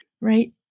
right